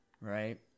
right